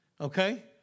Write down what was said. okay